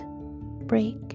break